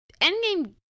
endgame